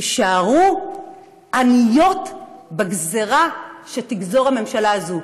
יישארו עניות בגזרה שתגזור הממשלה הזאת.